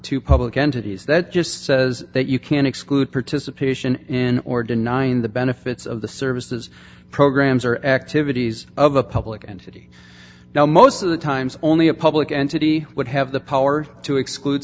to public entities that just says that you can exclude participation in or denying the benefits of the services programs or activities of a public entity now most of the times only a public entity would have the power to exclude